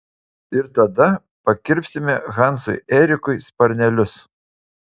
ir tada pakirpsime hansui erikui sparnelius